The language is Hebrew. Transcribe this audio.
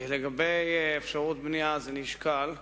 לגבי אפשרות בנייה, זה נשקל.